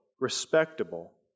respectable